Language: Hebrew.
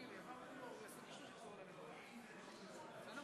אם כן, בעד הצעת החוק, 49 חברים, נגד,